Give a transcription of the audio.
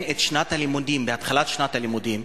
את שנת הלימודים בהתחלת שנת הלימודים,